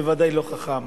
בוודאי לא חכם.